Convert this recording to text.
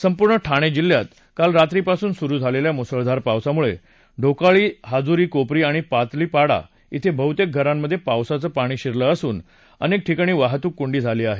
संपुर्ण ठाणे जिल्ह्यात काल रात्री पासून सुरू झालेल्या मुसळधार पावसामुळे ढोकाळीहाजुरीकोपरी आणि पातळीपाडा येथे बहुतेक घरांमधे पावसाचं पाणी शिरलं असून अनेक ठिकाणी वाहतूक कोंडी झाली आहे